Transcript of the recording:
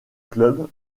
club